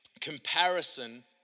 comparison